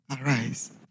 Arise